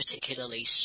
particularly